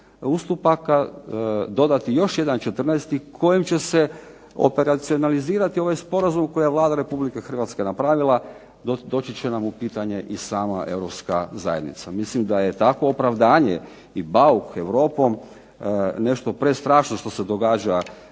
ustupaka dodati još jedan 14 kojom će se operacionalizirati ovaj sporazum koji je Vlada RH napravila doći će nam u pitanje i sama Europska zajednica. Mislim da je takvo opravdanje i bauk Europom nešto prestrašno što se događa